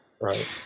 right